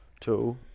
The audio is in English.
Two